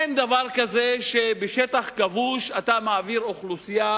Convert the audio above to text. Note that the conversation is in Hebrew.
אין דבר כזה שבשטח כבוש אתה מעביר אוכלוסייה